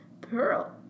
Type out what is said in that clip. Pearl